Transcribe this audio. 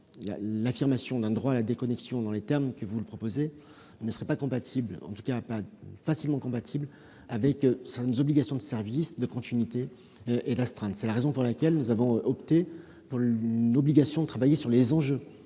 l'affirmation d'un droit à la déconnexion dans les termes que vous proposez ne serait pas aisément compatible avec certaines obligations de service, de continuité et d'astreinte. C'est la raison pour laquelle nous avons opté pour l'obligation de travailler sur les enjeux